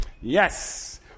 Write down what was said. Yes